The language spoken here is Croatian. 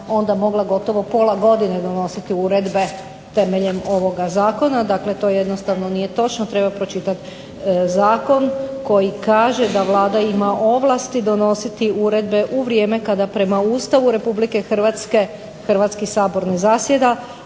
onda mogla gotovo pola godine donositi uredbe temeljem ovoga zakona. Dakle, to jednostavno nije točno. Treba pročitati zakon koji kaže da Vlada ima ovlasti donositi uredbe u vrijeme kada prema Ustavu Republike Hrvatske Hrvatski sabor ne zasjeda,